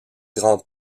grand